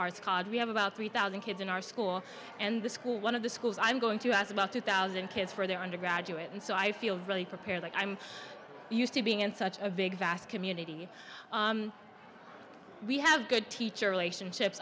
college we have about three thousand kids in our school and the school one of the schools i'm going to ask about two thousand kids for their undergraduate and so i feel really prepared like i'm used to being in such a big vast community we have good teacher relationship